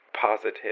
positive